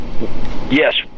yes